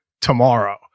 tomorrow